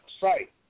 site